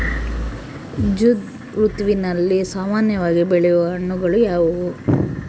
ಝೈಧ್ ಋತುವಿನಲ್ಲಿ ಸಾಮಾನ್ಯವಾಗಿ ಬೆಳೆಯುವ ಹಣ್ಣುಗಳು ಯಾವುವು?